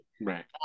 Right